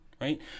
right